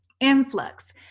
influx